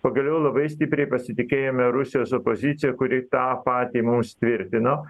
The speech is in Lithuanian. pagaliau labai stipriai pasitikėjome rusijos opozicija kuri tą patį mums tvirtino